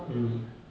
mm